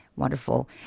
Wonderful